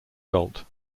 galt